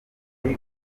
umwe